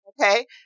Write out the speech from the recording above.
Okay